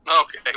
Okay